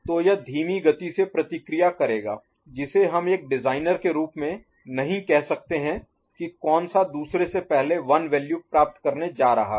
तो यह धीमी गति से प्रतिक्रिया करेगा जिसे हम एक डिजाइनर के रूप में नहीं कह सकते हैं कि कौन सा दूसरे से पहले 1 वैल्यू प्राप्त करने जा रहा है